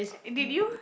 did you